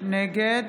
נגד